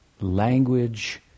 language